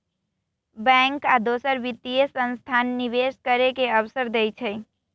bank आ दोसर वित्तीय संस्थान निवेश करे के अवसर देई छई